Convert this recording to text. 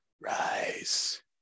Rise